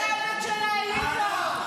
לא הקמתם על אסון מירון.